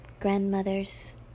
grandmothers